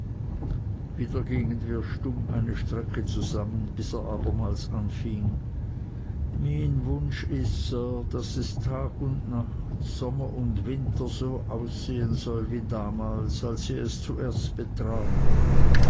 wieder gingen wir stumm eine strecke zusammen bis er abermals anfing mien wunsch is sir daß es tag und nacht sommer und winter so aussehen soll wie damals als sie es zuerst betrat